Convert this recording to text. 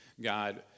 God